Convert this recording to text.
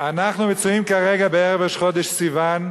אנחנו מצויים כרגע בערב ראש חודש סיוון,